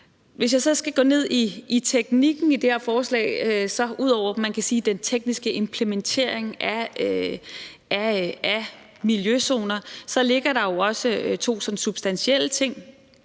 Hvis jeg så skal gå ned i teknikken i det her forslag, ligger der jo ud over den tekniske implementering af miljøzoner også to sådan substantielle ting.